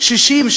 60,